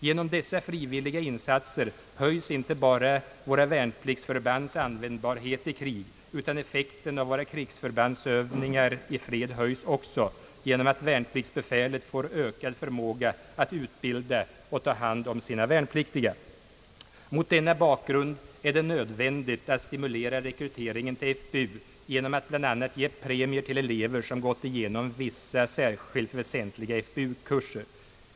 Genom dessa frivilliga insatser höjs inte bara våra värnpliktsförbands användbarhet i krig, utan effekten av våra krigsförbandsövningar i fred höjs också genom att värnpliktsbefälet får ökad förmåga att utbilda och ta hand om sina värnpliktiga. Mot denna bakgrund är det nödvändigt att stimulera rekryteringen till FBU genom att bl.a. ge premier till elever som gått igenom vissa särskilt väsentliga FBU-kurser.